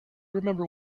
remember